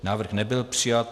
Návrh nebyl přijat.